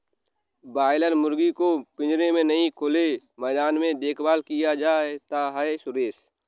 boiler मुर्गी को पिंजरे में नहीं खुले मैदान में देखभाल किया जाता है सुरेश